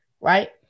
right